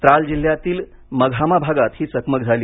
त्राल जिल्ह्यातील मगहामा भागात ही चकमक झाली